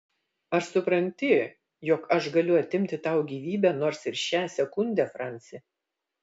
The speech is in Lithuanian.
ar supranti jog aš galiu atimti tau gyvybę nors ir šią sekundę franci